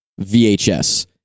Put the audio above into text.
VHS